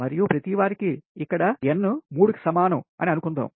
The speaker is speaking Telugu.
మరియుప్రతీవారికి i ఇక్కడ n 3 కి సమానం అని అనుకుందాం